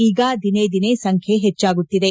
ಈಗ ದಿನೇ ದಿನೇ ಸಂಖ್ಯೆ ಹೆಚ್ಚಾಗುತ್ತಿದೆ